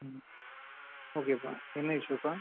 ம் ஓகேப்பா என்ன இஷ்யூப்பா